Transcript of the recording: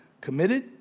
committed